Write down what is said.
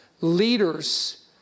leaders